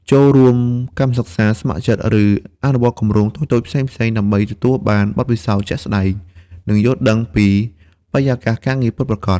ចូលរួម កម្មសិក្សា ស្ម័គ្រចិត្ត ឬអនុវត្តគម្រោងតូចៗ ផ្សេងៗ ដើម្បីទទួលបាន បទពិសោធន៍ជាក់ស្តែង និងយល់ដឹងពីបរិយាកាសការងារពិតប្រាកដ។